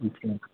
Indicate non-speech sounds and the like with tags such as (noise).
(unintelligible)